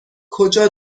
کجا